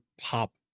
pop